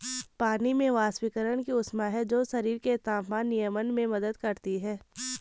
पानी में वाष्पीकरण की ऊष्मा है जो शरीर के तापमान नियमन में मदद करती है